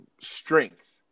strength